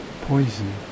poison